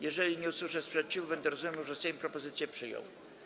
Jeżeli nie usłyszę sprzeciwu, będę rozumiał, że Sejm propozycje przyjął.